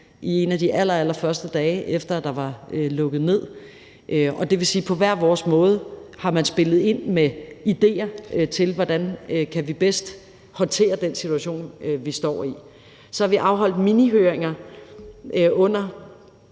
en af de allerførste dage, efter at der var lukket ned. Det vil sige, at vi på hver vores måde har spillet ind med idéer til, hvordan vi bedst kan håndtere den situation, vi står i. Kl. 19:00 Så har vi afholdt minihøringer i hele